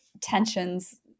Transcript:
tensions